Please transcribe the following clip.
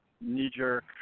knee-jerk